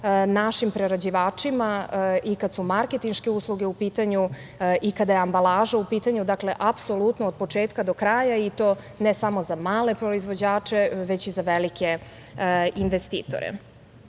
našim prerađivačima i kad su marketinške usluge u pitanju i kada je ambalaža u pitanju, dakle, apsolutno od početka do kraja i to ne samo za male proizvođače, već i za velike investitore. Zato